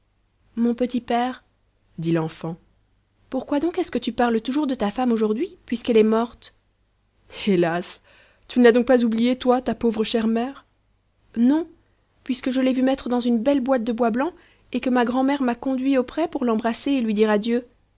mon petit père dit l'enfant pourquoi donc est-ce que tu parles toujours de ta femme aujourd'hui puisqu'elle est morte hélas tu ne l'as donc pas oubliée toi ta pauvre chère mère non puisque je l'ai vu mettre dans une belle boîte de bois blanc et que ma grand'mère m'a conduit auprès pour l'embrasser et lui dire adieu